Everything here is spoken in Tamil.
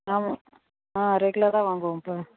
ஆமாம் ஆ ரெகுலராக வாங்குவோம்ப்பா